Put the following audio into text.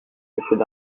monsieur